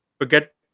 Forget